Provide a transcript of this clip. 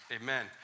Amen